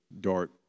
dark